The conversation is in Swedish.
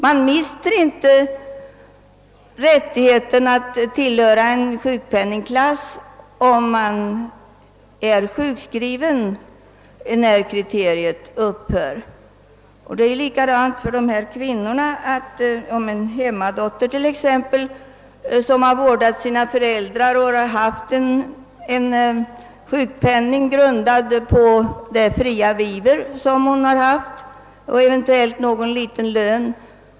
Man mister nämligen inte rätten att tillhöra en sjukpenningklass, om man är sjukskriven när kriteriet upphör. Samma förhållande gäller en hemmadotter, som vårdat sina föräldrar och haft en sjukpenning grundad på fritt vivre och eventuellt någon liten lön.